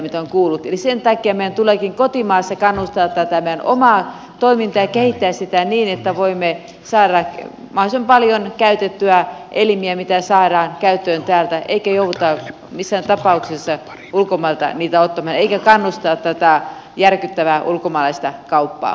eli sen takia meidän tuleekin kotimaassa kannustaa tätä meidän omaa toimintaamme ja kehittää sitä niin että voimme saada mahdollisimman paljon käytettyä elimiä mitä saadaan käyttöön täältä eikä jouduta missään tapauksessa ulkomailta niitä ottamaan eikä kannustamaan tätä järkyttävää ulkomaalaista kauppaa kehitysmaista